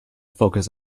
focus